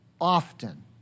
often